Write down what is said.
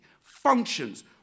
functions